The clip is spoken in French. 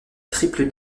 triple